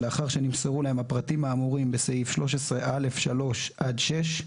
לאחר שנמסרו להם הפרטים האמורים בסעיף 13(א)(3) עד (6).